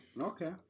Okay